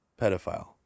pedophile